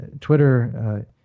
Twitter